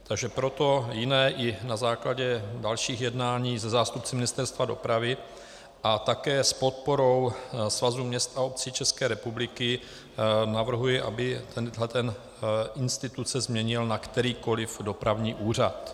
Takže proto i na základě dalších jednání se zástupci Ministerstva dopravy a také s podporou Svazu měst a obcí České republiky navrhuji, aby se tenhle institut změnil na kterýkoliv dopravní úřad.